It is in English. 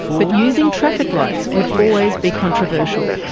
but using traffic lights would always be controversial.